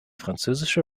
französische